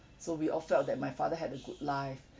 so we all felt that my father had a good life